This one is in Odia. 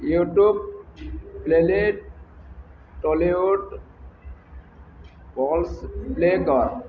YouTube playlist Tollywood pulse play କର